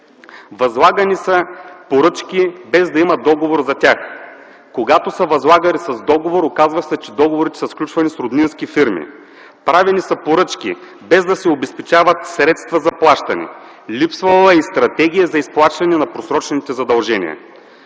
Възлагани са поръчки, без да е имало договор за тях. Когато са възлагани с договор, оказва се, че договорите са сключвани с роднински фирми. Правени са поръчки, без да се обезпечават средства за плащане. Липсвала е стратегия за изплащане на просрочените задължения.